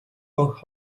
rock